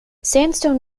sandstone